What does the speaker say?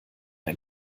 ein